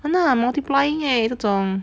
!hanna! multiplying eh 这种